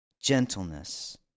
gentleness